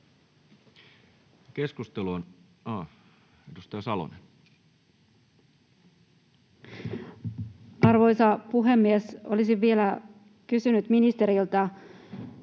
Edustaja Salonen. Arvoisa puhemies! Olisin vielä kysynyt ministeriltä: